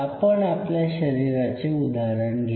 आपण आपल्या शरीराचे उदाहरण घेऊ